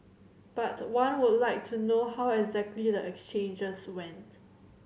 but one would like to know how exactly the exchanges went